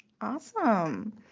awesome